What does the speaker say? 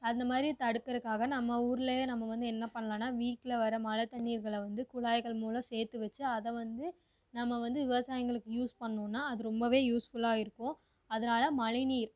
அந்த மாதிரி தடுக்கறக்காக நம்ம ஊர்லையே நம்ம வந்து என்ன பண்ணலானா வீட்டில் வர மழை தண்ணீர்களை வந்து குழாய்கள் மூலம் சேர்த்து வச்சி அதை வந்து நம்ம வந்து விவசாயிங்களுக்கு யூஸ் பண்ணோன்னா அது ரொம்பவே யூஸ்ஃபுல்லாக இருக்கும் அதனால மழை நீர்